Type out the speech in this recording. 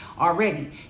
already